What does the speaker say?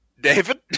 David